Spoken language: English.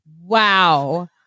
Wow